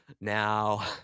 now